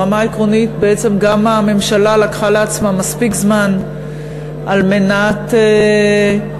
ברמה העקרונית בעצם גם הממשלה לקחה לעצמה מספיק זמן על מנת להתכונן,